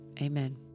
amen